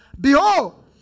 Behold